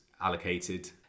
allocated